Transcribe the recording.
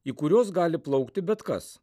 į kuriuos gali plaukti bet kas